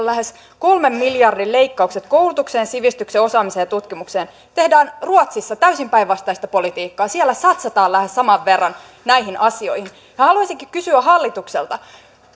lähes kolmen miljardin leikkaukset koulutukseen sivistykseen osaamiseen ja tutkimukseen tehdään ruotsissa täysin päinvastaista politiikkaa siellä satsataan lähes saman verran näihin asioihin minä haluaisinkin kysyä hallitukselta